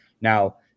Now